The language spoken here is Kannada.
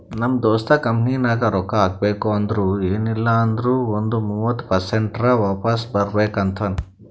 ನಮ್ ದೋಸ್ತ ಕಂಪನಿನಾಗ್ ರೊಕ್ಕಾ ಹಾಕಬೇಕ್ ಅಂದುರ್ ಎನ್ ಇಲ್ಲ ಅಂದೂರ್ನು ಒಂದ್ ಮೂವತ್ತ ಪರ್ಸೆಂಟ್ರೆ ವಾಪಿಸ್ ಬರ್ಬೇಕ ಅಂತಾನ್